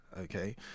Okay